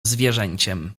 zwierzęciem